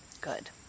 good